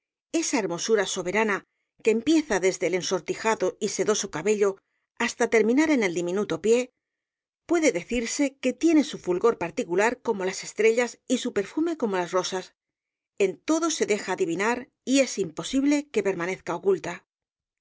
esa hermosura soberana que empieza desde el ensortijado y sedoso cabeel caballero de las botas azules lio hasta terminar en el diminuto pie puede decirse que tiene su fulgor particular como las estrellas y su perfume como las rosas en todo se deja adivinar y es imposible que permanezca oculta